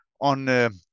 on